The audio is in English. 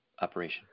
operation